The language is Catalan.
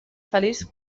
feliç